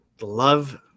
love